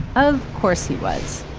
of course, he was.